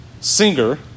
Singer